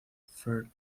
for